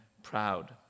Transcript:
proud